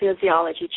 physiology